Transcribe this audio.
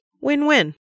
Win-win